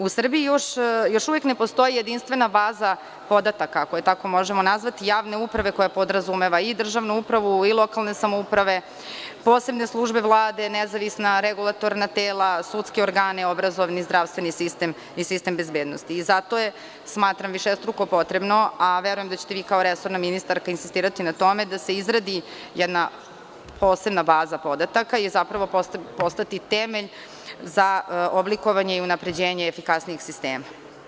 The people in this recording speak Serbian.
U Srbiji još uvek ne postoji jedinstvena baza podataka, ako je tako možemo nazvati, javne uprave koja podrazumeva i državnu upravu i lokalne samouprave, posebne službe Vlade, nezavisna regulatorna tela, sudske organe, obrazovni i zdravstveni sistem i sistem bezbednosti i zato je smatram višestruko potrebnom, a verujem da ćete vi kao resorna ministarska insistirati na tome da se izradi jedna posebna baza podataka, jer postati temelj za oblikovanje i unapređenje efikasnijeg sistema.